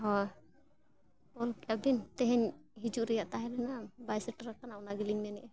ᱦᱳᱭ ᱚᱞ ᱠᱮᱫᱟᱵᱤᱱ ᱛᱮᱦᱮᱧ ᱦᱤᱡᱩᱜ ᱨᱮᱱᱟᱜ ᱛᱟᱦᱮᱸ ᱞᱮᱱᱟ ᱵᱟᱭ ᱥᱮᱴᱮᱨ ᱟᱠᱟᱱᱟ ᱚᱱᱟ ᱜᱤᱞᱤᱧ ᱢᱮᱱᱮᱜᱼᱟ